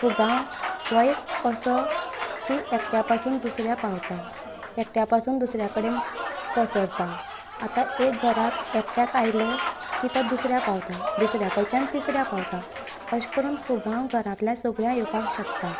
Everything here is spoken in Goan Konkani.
फुगांव हो एक असो की एकट्या पासून दुसऱ्याक पावता एकट्या पासून दुसऱ्या कडेन पसरता आता एक घरांत एकट्याक आयलो की तो दुसऱ्याक पावता दुसऱ्या कडच्यान तिसऱ्याक पावता अशें करून फुगांव घरांतल्याक सगळ्यांक येवपाक शकता